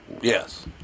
Yes